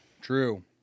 True